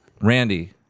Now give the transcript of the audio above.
randy